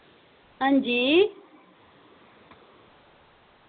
हां जी